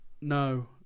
No